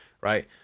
right